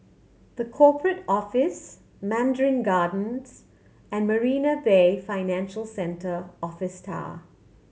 The Corporate Office Mandarin Gardens and Marina Bay Financial Centre Office Tower